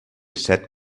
set